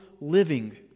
living